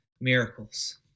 miracles